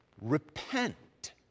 repent